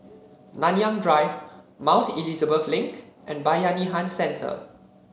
Nanyang Drive Mount Elizabeth Link and Bayanihan Centre